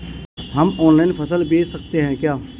हम ऑनलाइन फसल बेच सकते हैं क्या?